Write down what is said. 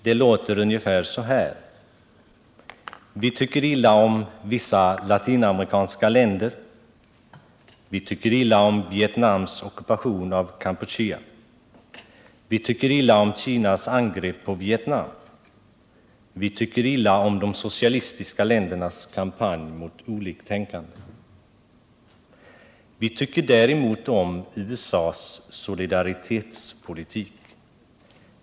De låter ungefär så här: Vi tycker illa om vissa latinamerikanska länder, vi tycker illa om Vietnams ockupation av Kampuchea, vi tycker illa om Kinas angrepp på Vietnam, vi tycker illa om de socialistiska ländernas kampanj mot oliktänkande. Vi tycker däremot om USA:s ”solidaritetspolitik”.